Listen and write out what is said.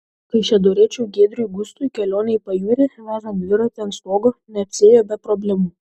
kaišiadoriečiui giedriui gustui kelionė į pajūrį vežant dviratį ant stogo neapsiėjo be problemų